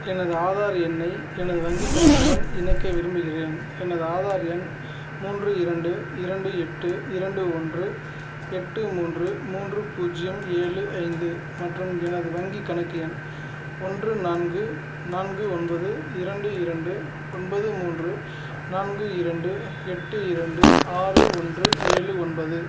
எனது ஆதார் எண்ணை எனது வங்கிக் கணக்குடன் இணைக்க விரும்புகிறேன் எனது ஆதார் எண் மூன்று இரண்டு இரண்டு எட்டு இரண்டு ஒன்று எட்டு மூன்று மூன்று பூஜ்ஜியம் ஏழு ஐந்து மற்றும் எனது வங்கிக் கணக்கு எண் ஒன்று நான்கு நான்கு ஒன்பது இரண்டு இரண்டு ஒன்பது மூன்று நான்கு இரண்டு எட்டு இரண்டு ஆறு ஒன்று ஏழு ஒன்பது